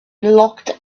locked